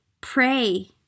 Pray